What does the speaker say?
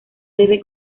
debe